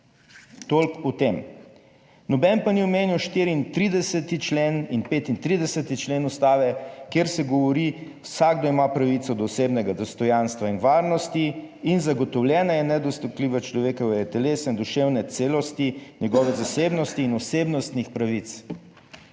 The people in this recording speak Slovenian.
Toliko o tem. Noben pa ni omenil 34. člen in 35. člen Ustave, kjer se govori: "Vsakdo ima pravico do osebnega dostojanstva in varnosti in zagotovljena je nedostopljivost človekovega telesa in duševne celosti, njegove zasebnosti in osebnostnih pravic".